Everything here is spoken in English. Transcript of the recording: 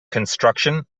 construction